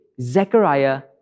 Zechariah